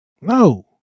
No